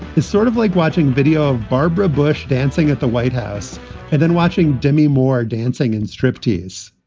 it's sort of like watching video of barbara bush dancing at the white house and then watching demi moore dancing in striptease